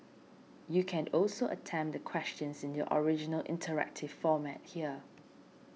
you can also attempt the questions in their original interactive format here